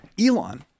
Elon